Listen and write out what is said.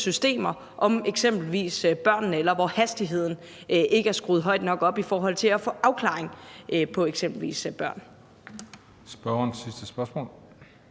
systemer om eksempelvis børnene, eller hvor hastigheden ikke er skruet højt nok op i forhold til at få afklaring på eksempelvis situationen omkring børn. Kl.